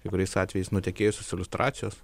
kai kuriais atvejais nutekėjusios iliustracijos